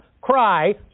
Cry